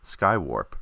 Skywarp